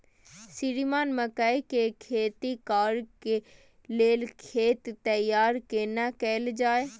श्रीमान मकई के खेती कॉर के लेल खेत तैयार केना कैल जाए?